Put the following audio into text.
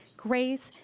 grace,